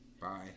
Bye